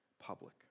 public